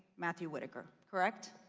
matthew whitaker. correct?